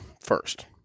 first